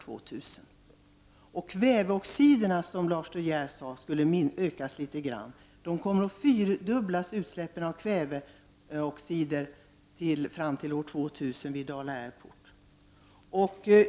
Utsläppen av kväveoxiderna, som Lars De Geer sade skulle öka litet grand, kommer att fyrdubblas vid Dala Airport fram till år 2000.